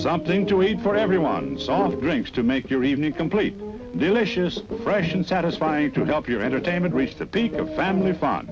something to eat for everyone soft drinks to make your evening complete delicious fresh and satisfying to help your entertainment reach the peak of family f